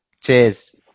Cheers